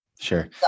Sure